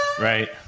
Right